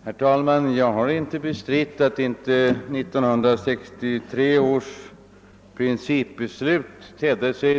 |- Herr talman! Jag har inte bestritt att . 1963 års principbeslut ansågs ge